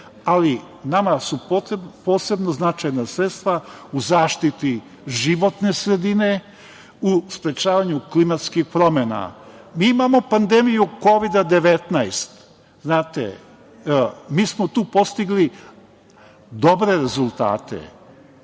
Ali, nama su posebno značajna sredstva u zaštiti životne sredine, u sprečavanju klimatskih promena. Imamo pandemiju Kovida 19. Tu smo postigli dobre rezultate,